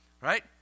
Right